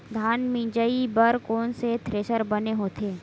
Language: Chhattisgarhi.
धान मिंजई बर कोन से थ्रेसर बने होथे?